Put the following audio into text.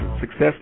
success